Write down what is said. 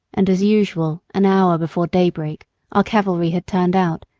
and as usual, an hour before daybreak our cavalry had turned out,